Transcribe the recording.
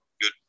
good